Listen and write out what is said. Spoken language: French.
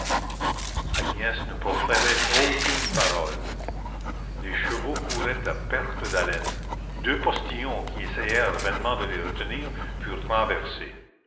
agnès ne proférait aucune parole les chevaux couraient à perte d'haleine deux postillons qui essayèrent vainement de les retenir furent renversés